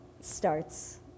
starts